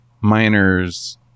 miners